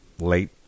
late